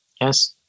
yes